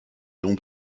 long